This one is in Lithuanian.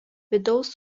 vidaus